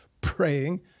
Praying